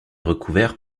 recouvert